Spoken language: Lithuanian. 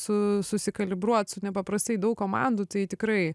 su susikalibruot su nepaprastai daug komandų tai tikrai